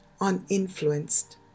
uninfluenced